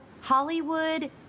Hollywood